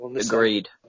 Agreed